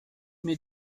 mir